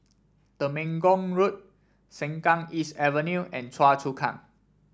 Temenggong Road Sengkang East Avenue and Choa Chu Kang